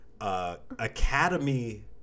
Academy